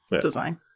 design